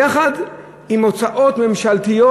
יחד עם הוצאות ממשלתיות,